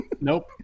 Nope